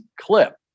clip